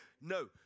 No